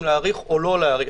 אם להאריך או לא להאריך.